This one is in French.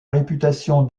réputation